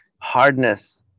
Hardness